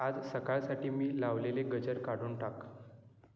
आज सकाळसाठी मी लावलेले गजर काढून टाक